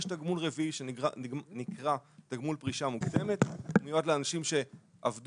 יש תגמול רביעי שנקרא תגמול פרישה מוקדמת והוא מיועד לאנשים שעבדו,